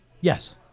Yes